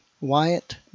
Wyatt